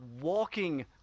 walking